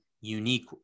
unique